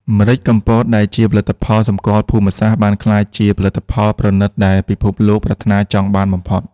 ម្រេចកំពតដែលជាផលិតផលសម្គាល់ភូមិសាស្ត្រ បានក្លាយជាផលិតផលប្រណីតដែលពិភពលោកប្រាថ្នាចង់បានបំផុត។